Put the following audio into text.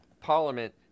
Parliament